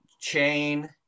chain